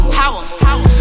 power